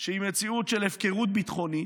שהיא מציאות של הפקרות ביטחונית,